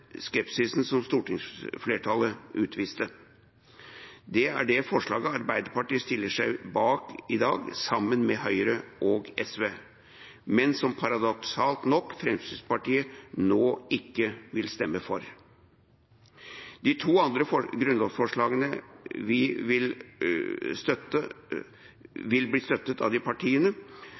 skepsisen som stortingsflertallet utviste. Det er det forslaget Arbeiderpartiet stiller seg bak i dag, sammen Høyre og SV, men som paradoksalt nok Fremskrittspartiet nå ikke vil stemme for. De to andre grunnlovsforslagene vil bli støttet av de partiene